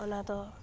ᱚᱱᱟ ᱫᱚ